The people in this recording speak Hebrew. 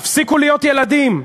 תפסיקו להיות ילדים.